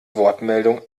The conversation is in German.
wortmeldung